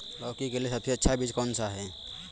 लौकी के लिए सबसे अच्छा बीज कौन सा है?